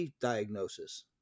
diagnosis